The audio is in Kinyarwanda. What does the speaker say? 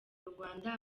rwanda